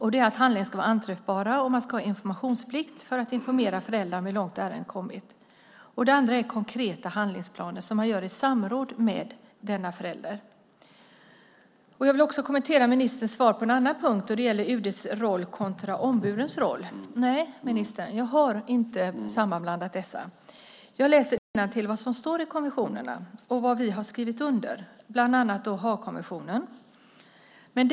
Handläggarna ska vara anträffbara och ha informationsplikt för att informera föräldrarna om hur långt ärendet kommit. Den andra är konkreta handlingsplaner som man gör i samråd med föräldern. Jag vill också kommentera ministerns svar på en annan punkt, och det gäller UD:s roll kontra ombudens roll. Nej, herr minister, jag har inte sammanblandat detta. Jag läser innantill vad som står i konventionerna och vad vi har skrivit under, bland annat Haagkonventionen.